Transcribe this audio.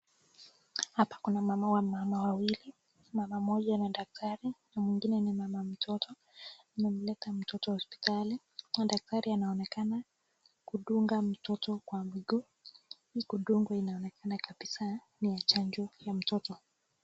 Hapa kuna wamama wawili, mama moja ni daktari na mwingine ni mama mtoto amemuleta mtoto hospitali na daktari anaonekana kudunga mtoto kwa mguu. Hii kudungwa inaonekana kabisa ni chanjo ya mtoto.